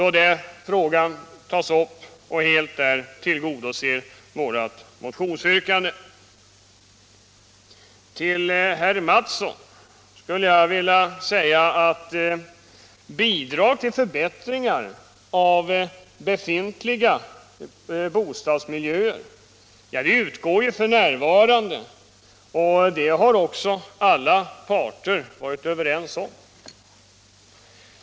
Den tillgodoser helt vårt motionsyrkande. Till herr Mattsson skulle jag vilja säga att bidrag till förbättringar av befintliga bostadsmiljöer f. n. utgår, och det har alla partier varit överens om.